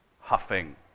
huffing